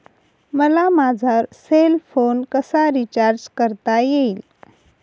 मला माझा cell phone कसा रिचार्ज करता येईल?